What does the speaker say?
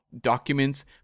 documents